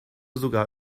sogar